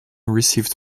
received